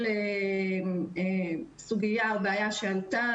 כל סוגיה או בעיה שעלתה,